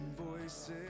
voices